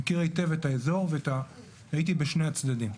אני מכיר היטב את האזור, הייתי בשני הצדדים.